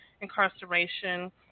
incarceration